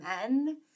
men